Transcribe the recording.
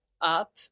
up